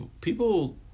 people